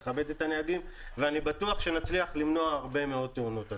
נכבד את הנהגים ואני בטוח שנצליח למנוע הרבה מאוד תאונות,